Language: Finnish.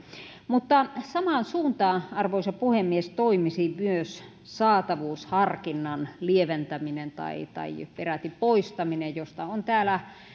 mutta samaan suuntaan arvoisa puhemies toimisi myös saatavuusharkinnan lieventäminen tai tai peräti poistaminen josta on täällä